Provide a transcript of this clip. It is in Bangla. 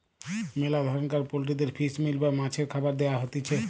মেলা ধরণকার পোল্ট্রিদের ফিশ মিল বা মাছের খাবার দেয়া হতিছে